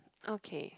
okay